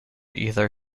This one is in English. either